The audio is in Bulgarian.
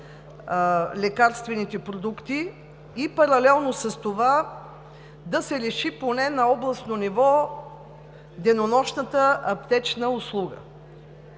лекарствените продукти, паралелно с това да се реши поне на областно ниво денонощната аптечна услуга.